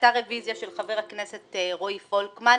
הייתה רביזיה של חבר הכנסת רועי פולקמן.